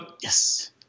Yes